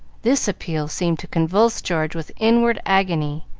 this appeal seemed to convulse george with inward agony,